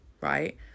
right